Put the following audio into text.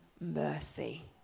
mercy